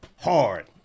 Hard